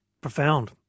profound